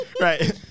right